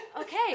Okay